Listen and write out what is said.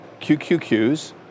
QQQs